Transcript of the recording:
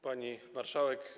Pani Marszałek!